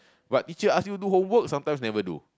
but teacher ask you do homework sometimes never do